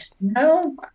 no